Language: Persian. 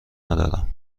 ندارم